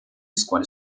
scuole